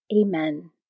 Amen